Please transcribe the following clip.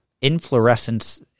inflorescence –